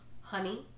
Honey